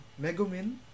Megumin